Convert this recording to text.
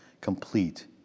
complete